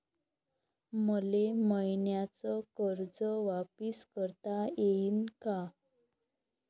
मले मईन्याचं कर्ज वापिस करता येईन का?